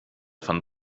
von